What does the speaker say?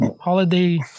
holiday